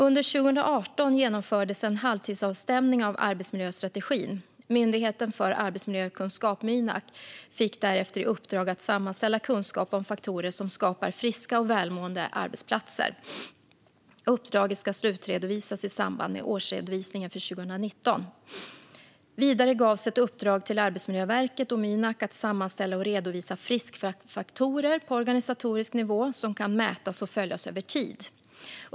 Under 2018 genomfördes en halvtidsavstämning av arbetsmiljöstrategin. Myndigheten för arbetsmiljökunskap, Mynak, fick därefter i uppdrag att sammanställa kunskap om faktorer som skapar friska och välmående arbetsplatser. Uppdraget ska slutredovisas i samband med årsredovisningen för 2019. Vidare gavs ett uppdrag till Arbetsmiljöverket och Mynak att sammanställa och redovisa friskfaktorer på organisatorisk nivå som kan mätas och följas över tid.